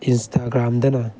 ꯏꯟꯁꯇꯥꯒ꯭ꯔꯥꯝꯗꯅ